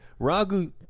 Ragu